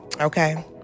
Okay